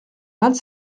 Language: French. vingt